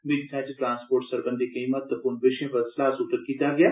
बैठक च ट्रांस्पोर्ट सरबंधी केई महत्वपूर्ण विषयें पर सलाहसूत्र कीता गेआ